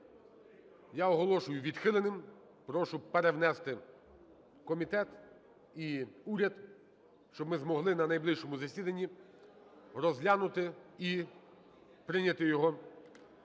я оголошую відхиленим. Прошу перевнести комітет і уряд, щоб ми змогли на найближчому засіданні розглянути і прийняти його, і